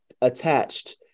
attached